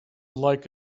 like